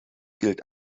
gilt